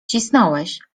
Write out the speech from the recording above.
cisnąłeś